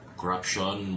corruption